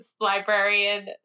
librarian